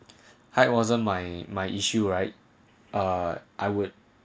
I wasn't my my issue right uh I would